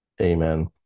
Amen